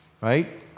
right